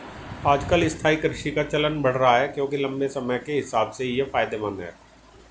आजकल स्थायी कृषि का चलन बढ़ रहा है क्योंकि लम्बे समय के हिसाब से ये फायदेमंद है